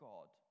God